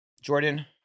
Jordan